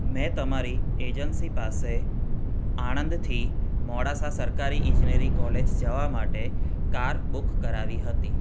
મેં તમારી એજન્સી પાસે આણંદથી મોડાસા સરકારી ઈજનેરી કોલેજ જવા માટે કાર બુક કરાવી હતી